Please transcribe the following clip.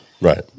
Right